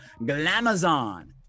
Glamazon